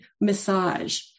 massage